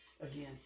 Again